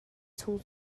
chung